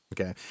Okay